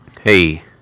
Hey